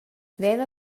veva